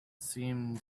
seemed